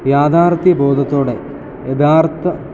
യാഥാർഥ്യ ബോധത്തോടെ യഥാർത്ഥ